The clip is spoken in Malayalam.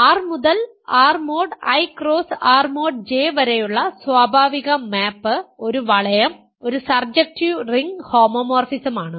R മുതൽ R mod I cross R mod J വരെയുള്ള സ്വാഭാവിക മാപ് ഒരു വളയം ഒരു സർജക്റ്റീവ് റിംഗ് ഹോമോമോർഫിസമാണ്